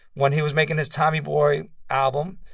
when he was making his tommy boy album,